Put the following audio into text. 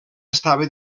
estava